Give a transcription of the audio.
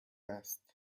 است